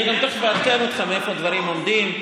אני גם תכף אעדכן אתכם איפה הדברים עומדים,